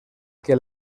que